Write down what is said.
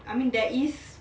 I mean there is